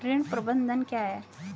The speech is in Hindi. ऋण प्रबंधन क्या है?